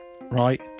right